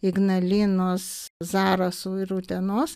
ignalinos zarasų ir utenos